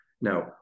Now